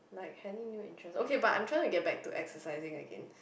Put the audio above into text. like any new interest okay but I'm trying to get back to exercising again